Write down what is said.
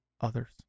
others